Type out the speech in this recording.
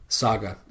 saga